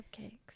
Cupcakes